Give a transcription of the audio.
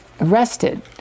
arrested